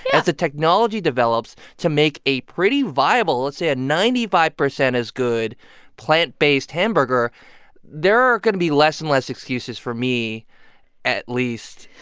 as the technology develops to make a pretty viable let's say a ninety five percent as good plant-based hamburger there are going to be less and less excuses for me at least,